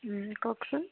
কওকচোন